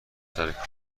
سرکار